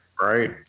Right